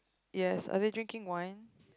yes are they drinking wine